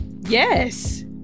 Yes